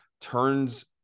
turns